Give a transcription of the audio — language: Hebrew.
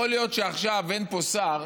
יכול להיות שעכשיו אין פה שר